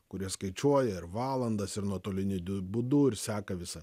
kurie skaičiuoja ir valandas ir nuotoliniu būdu ir seka visą